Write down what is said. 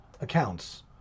accounts